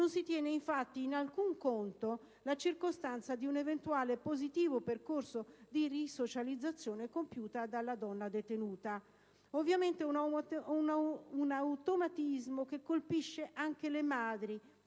non si tiene in alcun conto la circostanza di un eventuale positivo percorso di risocializzazione compiuto dalla donna detenuta. Ovviamente, si tratta di un automatismo che colpisce anche le madri